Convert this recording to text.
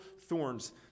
thorns